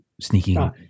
sneaking